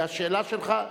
והשאלה שלך,